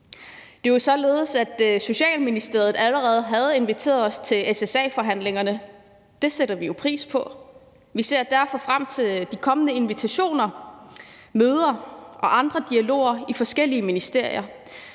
Det er jo således, at Social-, Bolig- og Ældreministeriet allerede har inviteret os til SSA-forhandlingerne. Det sætter vi pris på. Vi ser derfor frem til de kommende invitationer, møder og andre dialoger i forskellige ministerier.